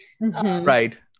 Right